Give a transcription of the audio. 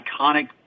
iconic